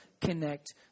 connect